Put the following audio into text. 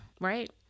right